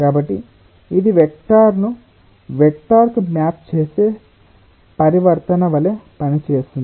కాబట్టి ఇది వెక్టార్ను వెక్టార్కు మ్యాప్ చేసే పరివర్తన వలె పనిచేస్తుంది